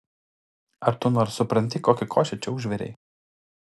ar tu nors supranti kokią košę čia užvirei